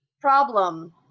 problem